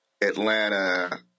Atlanta